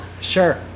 Sure